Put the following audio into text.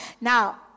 Now